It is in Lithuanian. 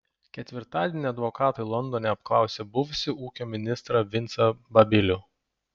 ketvirtadienį advokatai londone apklausė buvusį ūkio ministrą vincą babilių